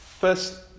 first